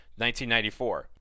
1994